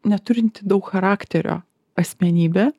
neturinti daug charakterio asmenybė